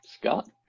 Scott